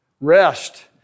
Rest